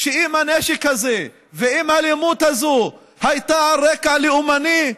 שאם הנשק הזה ואם האלימות הזו הייתה על רקע לאומני,